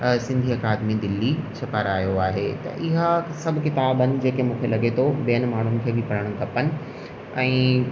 Sindhi academy Delhi छपारायो आहे त इहा सभु किताबनि जेके मूंखे लॻे थो ॿियनि माण्हुनि खे बि पढ़ण खपनि ऐं